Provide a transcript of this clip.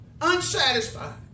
unsatisfied